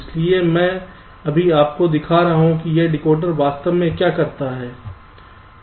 इसलिए मैं अभी आपको दिखा रहा हूं कि यह डिकोडर वास्तव में क्या करता है